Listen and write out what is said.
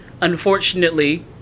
Unfortunately